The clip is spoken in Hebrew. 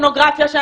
מפורנוגרפיה?